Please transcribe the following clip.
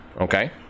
Okay